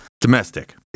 Domestic